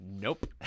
Nope